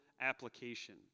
application